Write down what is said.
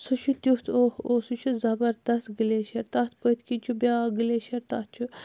سُہ چھِ تِیُتھ اوٚہ اوٚہ سُہ چھُ زَبَردَست گٕلیشَر تَتھ پٔتۍ کِنۍ چھِ بیاکھ گٕلیشَر تَتھ چھ